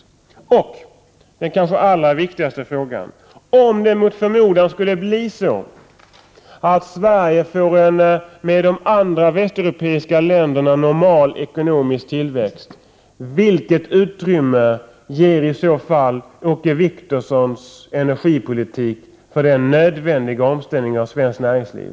Slutligen, den kanske allra viktigaste frågan: Om det mot förmodan skulle bli så att Sverige får en jämfört med de andra västeuropeiska länderna normal ekonomisk tillväxt, vilket utrymme ger Åke Wictorssons energipolitik för den nödvändiga omställningen av svenskt näringsliv?